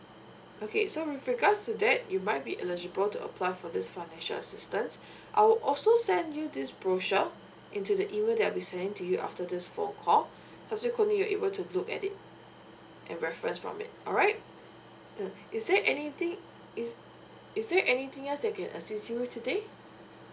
okay so with regards to that you might be eligible to apply for this financial assistance I will also send you this brochure into the email that I'll be sending to you after this phone call subsequently you're able to look at it and reference from it alright mm is there anything is is there anything else that we can assist you today